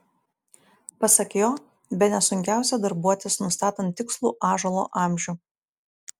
pasak jo bene sunkiausia darbuotis nustatant tikslų ąžuolo amžių